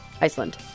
Iceland